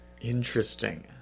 Interesting